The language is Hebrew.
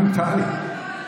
טלי.